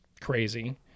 crazy